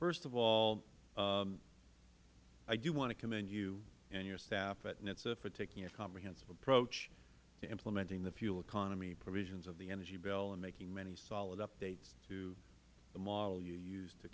first of all i do want to commend you and your staff at nhtsa for taking a comprehensive approach to implementing the fuel economy provision of the energy bill and making many solid updates to the model you used to